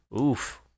Oof